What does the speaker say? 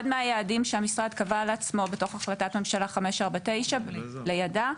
אחד מהיעדים שהמשרד קבע לעצמו בתוך החלטת ממשלה 549 ולידה,